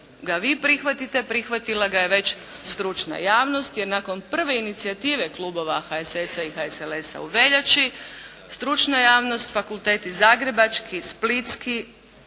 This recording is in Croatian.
ga vi prihvatite, prihvatila ga je već stručna javnost jer nakon prve inicijative klubova HSS-a i HSLS-a u veljači stručna javnost fakulteti zagrebački, splitski,